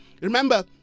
Remember